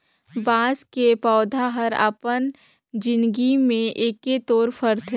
बाँस के पउधा हर अपन जिनगी में एके तोर फरथे